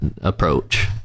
approach